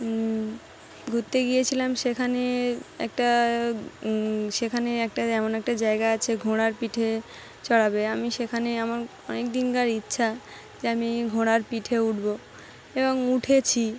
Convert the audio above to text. ঘুরতে গিয়েছিলাম সেখানে একটা সেখানে একটা এমন একটা জায়গা আছে ঘোড়ার পিঠে চড়াবে আমি সেখানে এমন অনেক দিনকার ইচ্ছা যে আমি ঘোড়ার পিঠে উঠবো এবং উঠেছি